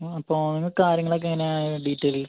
അപ്പോൾ കാര്യങ്ങളൊക്കെങ്ങനെ ഡീറ്റെയിൽസ്